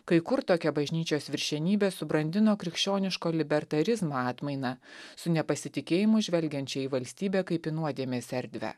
kai kur tokia bažnyčios viršenybė subrandino krikščioniško libertarizmo atmainą su nepasitikėjimu žvelgiančią į valstybę kaip į nuodėmės erdvę